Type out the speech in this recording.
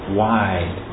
wide